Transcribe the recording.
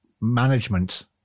management